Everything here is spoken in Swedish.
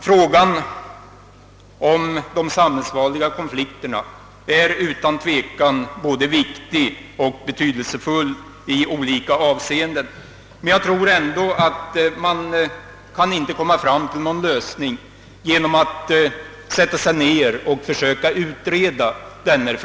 Frågan om de sambhällsfarliga konflikterna är utan tvivel be tydelsefull i olika avseenden, men jag tror ändå inte att man kan komma fram till någon lösning genom att försöka utreda den.